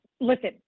listen